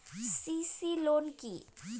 CC loan কি?